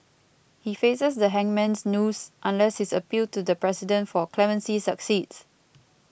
he faces the hangman's noose unless his appeal to the President for clemency succeeds